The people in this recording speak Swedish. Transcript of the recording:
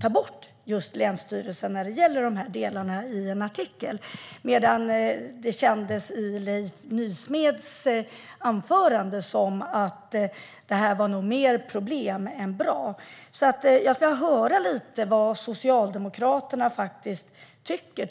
ta bort länsstyrelsens roll i de här delarna. Jag skulle vilja höra vad Socialdemokraterna faktiskt tycker.